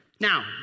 Now